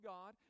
God